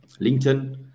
LinkedIn